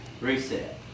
Reset